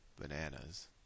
bananas